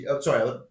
sorry